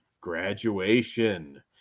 graduation